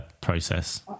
process